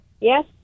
Yes